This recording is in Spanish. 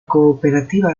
cooperativa